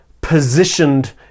positioned